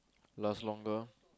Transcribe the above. last longer